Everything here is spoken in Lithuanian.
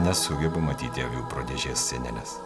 nesugebu matyti pro dėžės sieneles